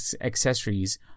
accessories